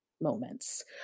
moments